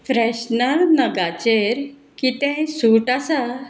freshener नगाचेर कितेंय suit आसा